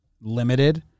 limited